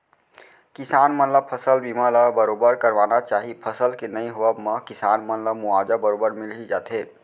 किसान मन ल फसल बीमा ल बरोबर करवाना चाही फसल के नइ होवब म किसान मन ला मुवाजा बरोबर मिल ही जाथे